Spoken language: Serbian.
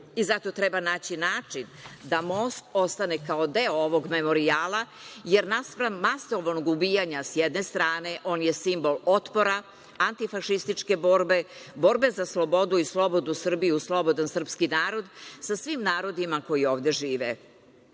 Zato treba naći način da most ostane kao deo ovog memorijala, jer naspram masovnog ubijanja sa jedne strane, on je simbol otpora antifašističke borbe, borbe za slobodu i slobodnu Srbiju, slobodan srpski narod sa svim narodima koji ovde žive.